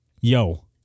yo